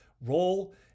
role